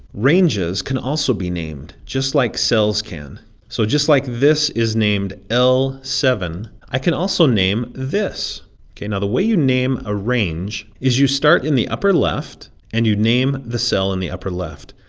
ranges can also be named just like cells can so just like this is named l seven i can also name this okay, now the way you name a range is you start in the upper left and you name the cell in the left?